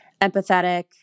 empathetic